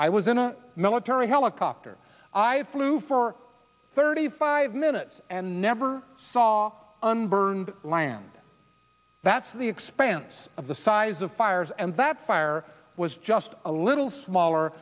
i was in a military helicopter i flew for thirty five minutes and never saw an burned land that's the expanse of the size of fires and that fire was just a little smaller